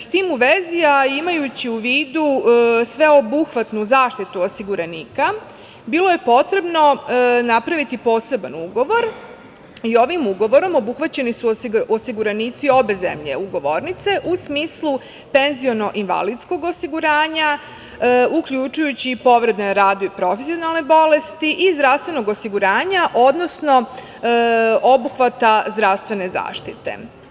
S tim u vezi, a imajući u vidu sveobuhvatnu zaštitu osiguranika, bilo je potrebno napraviti poseban ugovor i ovim ugovorom obuhvaćeni su osiguranici obe zemlje ugovornice, u smislu penziono-invalidskog osiguranja, uključujući i povrede na radu i profesionalne bolesti i zdravstvenog osiguranja, odnosno obuhvata zdravstvene zaštite.